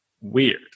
weird